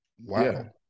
Wow